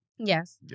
Yes